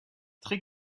très